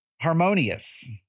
Harmonious